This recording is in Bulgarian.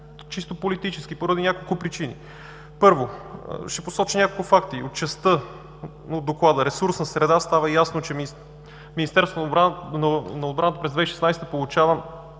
чисто политически поради няколко причини. Първо, ще посоча няколко факта. От частта на доклада „Ресурсна среда“ става ясно, че Министерството на отбраната през 2016 г. получава